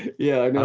yeah.